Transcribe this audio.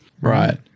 Right